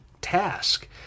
task